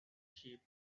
sheep